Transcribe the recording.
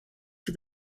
for